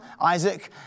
Isaac